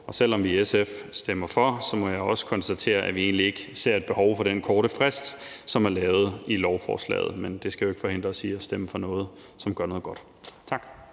Selv om vi i SF stemmer for, må jeg også konstatere, at vi egentlig ikke ser et behov for den korte frist, som man lavede i lovforslaget, men det skal jo ikke forhindre os i at stemme for noget, som gør noget godt. Tak.